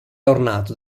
ornato